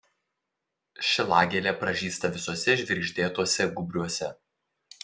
šilagėlė pražysta visuose žvirgždėtuose gūbriuose